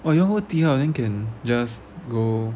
!wah! you all go T hub then can just go